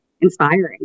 inspiring